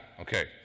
Okay